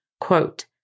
Quote